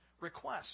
requests